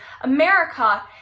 America